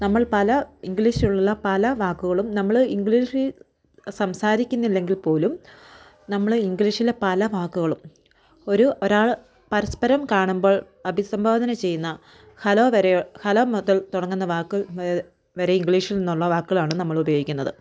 നമ്മൾ പല ഇംഗ്ലീഷിലുള്ള പല വാക്കുകളും നമ്മൾ ഇംഗ്ലീഷിൽ സംസാരിക്കുന്നില്ലെങ്കിൽ പോലും നമ്മൾ ഇംഗ്ലീഷിലെ പല വാക്കുകളും ഒരു ഒരാൾ പരസ്പരം കാണുമ്പോൾ അഭിസംബോധന ചെയ്യുന്ന ഹലോ വരെ ഹലോ മുതൽ തുടങ്ങുന്ന വാക്ക് വരെ ഇംഗ്ലീഷിൽ നിന്നുള്ള വാക്കുകളാണ് നമ്മൾ ഉപയോഗിക്കുന്നത്